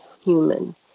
human